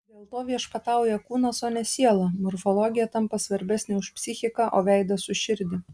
dėl to viešpatauja kūnas o ne siela morfologija tampa svarbesnė už psichiką o veidas už širdį